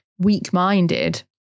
Weak-minded